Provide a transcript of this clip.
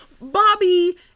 Bobby